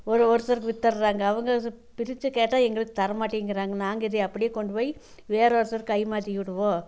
ஒரு ஒருத்தருக்கு வித்துடுறாங்க அவங்க பிரிச்சு கேட்டால் எங்களுக்கு தர மாட்டேங்குறாங்க நாங்கள் இதே அப்படியே கொண்டுபோய் வேற ஒருத்தருக்கு கை மாற்றிவிடுவோம்